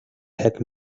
had